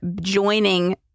joining